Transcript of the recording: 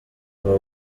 abo